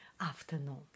Afternoon